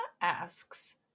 asks